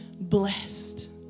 blessed